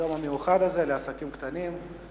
היום המיוחד הזה לעסקים קטנים,